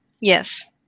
Yes